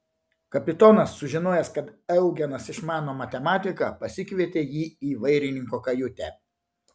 kapitonas sužinojęs kad eugenas išmano matematiką pasikvietė jį į vairininko kajutę